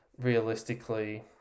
realistically